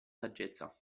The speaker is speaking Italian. saggezza